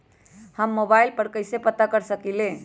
हम मोबाइल पर कईसे पता कर सकींले?